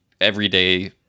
everyday